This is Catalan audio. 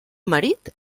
marit